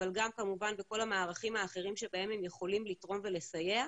אבל גם כמובן בכל המערכים האחרים שבהם הם יכולים לתרום ולסייע,